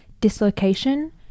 dislocation